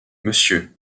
monsieur